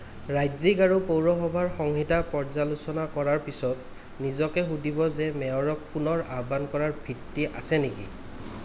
ৰাজ্যিক আৰু পৌৰসভাৰ সংহিতা পৰ্য্য়ালোচনা কৰাৰ পিছত নিজকে সুধিব যে মেয়ৰক পুনৰ আহ্বান কৰাৰ ভিত্তি আছে নেকি